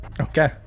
Okay